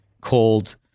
called